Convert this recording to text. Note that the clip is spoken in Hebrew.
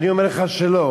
אני אומר לך שלא.